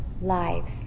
lives